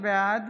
בעד